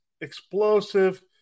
explosive